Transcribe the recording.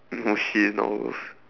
no shit no